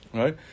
right